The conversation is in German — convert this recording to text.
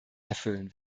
erfüllen